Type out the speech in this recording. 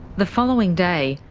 the following day,